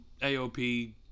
AOP